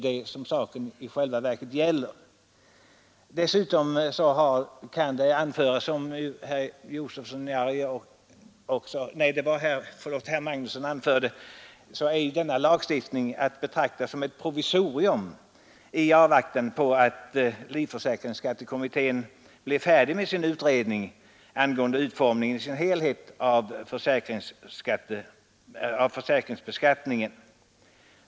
Dessutom är denna lagstiftning, som herr Magnusson i Borås påpekade, att betrakta som ett provisorium i avvaktan på att livförsäkringsskattekommittén blir färdig med sin utredning angående utformningen av försäkringsbeskattningen i dess helhet.